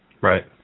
Right